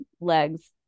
legs